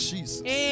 Jesus